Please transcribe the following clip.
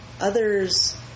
others